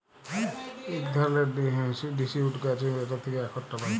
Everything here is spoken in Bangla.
ইক ধারালের ডিসিডিউস গাহাচ যেটর থ্যাকে আখরট পায়